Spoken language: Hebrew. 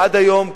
עד היום,